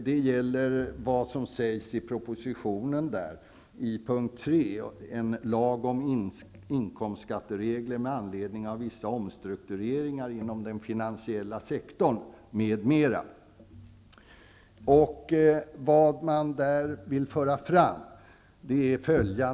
Det gäller vad som sägs i propositionen, p. 3, där lag om inkomstskatteregler med anledning av vissa omstruktureringar inom den finansiella sektorn m.m. behandlas.